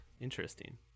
Interesting